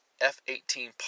F-18